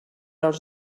als